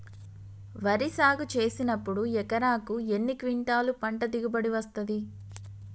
వరి సాగు చేసినప్పుడు ఎకరాకు ఎన్ని క్వింటాలు పంట దిగుబడి వస్తది?